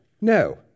No